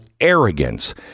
arrogance